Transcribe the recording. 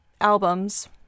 albums